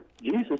Jesus